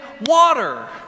water